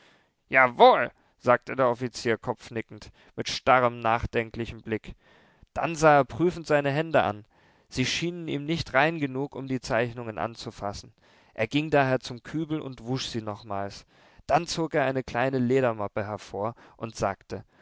jawohl sagte der offizier kopfnickend mit starrem nachdenklichem blick dann sah er prüfend seine hände an sie schienen ihm nicht rein genug um die zeichnungen anzufassen er ging daher zum kübel und wusch sie nochmals dann zog er eine kleine ledermappe hervor und sagte